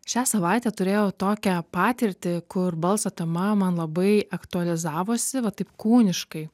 šią savaitę turėjau tokią patirtį kur balso tema man labai aktualizavosi va taip kūniškai